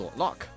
lock